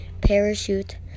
parachute